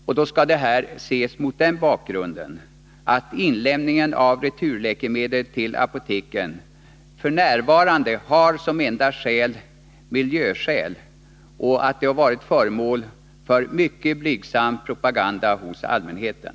Detta skall ses mot den bakgrunden att inlämningen av returläkemedel till apoteken f.n. görs endast av miljöskäl och att det har varit en mycket blygsam propaganda för inlämningen hos allmänheten.